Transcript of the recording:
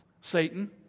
Satan